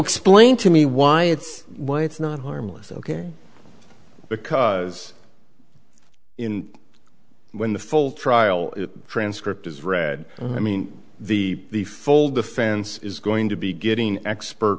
explain to me why it's why it's not harmless ok because in when the full trial transcript is read i mean the the full defense is going to be getting expert